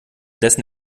dessen